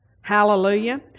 Hallelujah